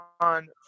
on